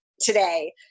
today